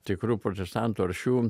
tikrų protestantų aršių